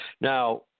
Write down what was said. Now